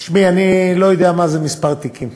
תשמעי, אני לא יודע מה זה מספר תיקים.